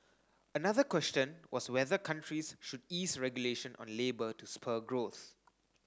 another question was whether countries should ease regulation on labour to spur growth